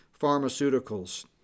pharmaceuticals